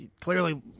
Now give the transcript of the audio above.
clearly